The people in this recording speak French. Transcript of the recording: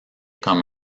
comme